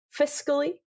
fiscally